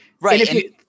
Right